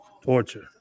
Torture